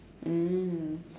mm